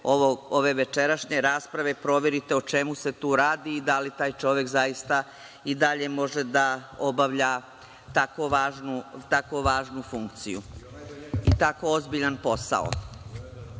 ove večerašnje rasprave proverite o čemu se tu radi, da li taj čovek zaista i dalje može da obavlja tako važnu funkciju i tako ozbiljan posao.U